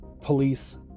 police